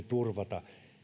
turvata